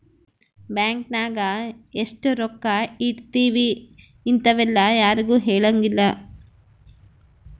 bank ನಾಗ ಎಷ್ಟ ರೊಕ್ಕ ಇಟ್ತೀವಿ ಇಂತವೆಲ್ಲ ಯಾರ್ಗು ಹೆಲಂಗಿಲ್ಲ